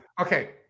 Okay